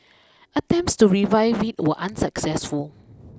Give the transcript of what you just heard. attempts to revive it were unsuccessful